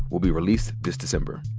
will be released this december.